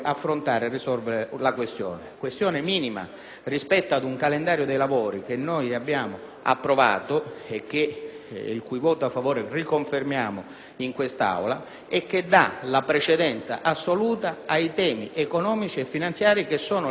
che è minima rispetto ad un calendario dei lavori - che abbiamo approvato ed il cui voto a favore riconfermiamo in quest'Aula - che dà la precedenza assoluta ai temi economici e finanziari, che sono la vera priorità di questo Paese.